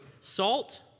salt